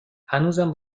هنوزم